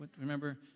Remember